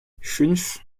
fünf